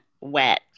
wet